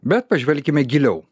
bet pažvelkime giliau